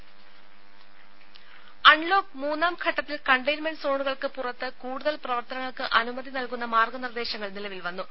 രമേ അൺലോക്ക് മൂന്നാം ഘട്ടത്തിൽ കണ്ടെയ്ൻമെന്റ് സോണുകൾക്ക് പുറത്ത് കൂടുതൽ പ്രവർത്തനങ്ങൾക്ക് അനുമതി നൽകുന്ന മാർഗ്ഗ നിർദ്ദേശങ്ങൾ നിലവിൽ വന്നു